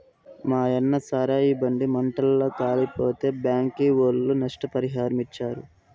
మాయన్న సారాయి బండి మంటల్ల కాలిపోతే బ్యాంకీ ఒళ్ళు నష్టపరిహారమిచ్చారు